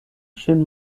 ŝin